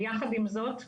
יחד עם זאת,